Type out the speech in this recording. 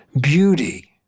beauty